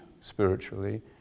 spiritually